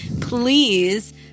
please